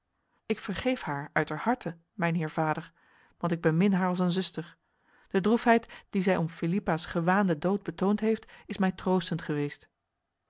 ik vergeef haar uiterharte mijnheer vader want ik bemin haar als een zuster de droefheid die zij om philippa's gewaande dood betoond heeft is mij troostend geweest